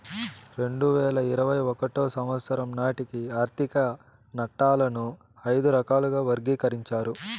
రెండు వేల ఇరవై ఒకటో సంవచ్చరం నాటికి ఆర్థిక నట్టాలను ఐదు రకాలుగా వర్గీకరించారు